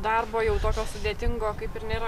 darbo jau tokio sudėtingo kaip ir nėra